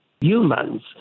humans